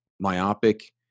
myopic